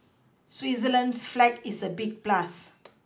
Switzerland's flag is a big plus